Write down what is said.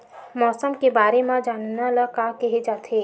मौसम के बारे म जानना ल का कहे जाथे?